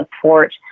support